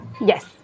Yes